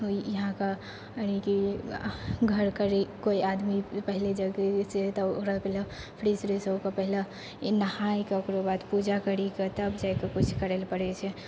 इहाँ के यानि कि घर करि कोइ आदमी पहिले जागै सँ तऽ ओकरा पहिले फ्रेश व्रेश हो कऽ पहिले नहायके ओकरो बाद पूजा करिकऽ तभ जाकऽ किछु करै लअ पड़ै छै